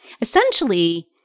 Essentially